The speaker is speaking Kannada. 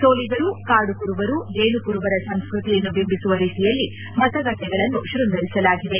ಸೋಲಿಗರು ಕಾಡು ಕುರುಬರು ಜೇನುಕುರುಬರ ಸಂಸ್ಕತಿಯನ್ನು ಬಿಂಬಿಸುವ ರೀತಿಯಲ್ಲಿ ಮತಗಟ್ಟೆಗಳನ್ನು ತೃಂಗರಿಸಲಾಗಿದೆ